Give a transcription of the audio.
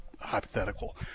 hypothetical